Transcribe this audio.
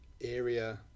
area